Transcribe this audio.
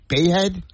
Bayhead